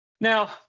Now –